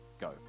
go